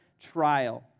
trial